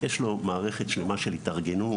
יש להם מערכת שלמה של התארגנות.